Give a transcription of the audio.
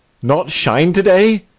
not shine to-day!